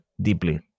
deeply